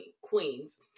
Queens